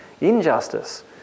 injustice